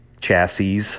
chassis